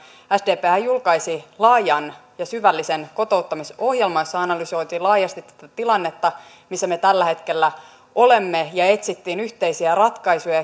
sdphän julkaisi laajan ja syvällisen kotouttamisohjelman jossa analysoitiin laajasti tätä tilannetta missä me tällä hetkellä olemme ja etsittiin yhteisiä ratkaisuja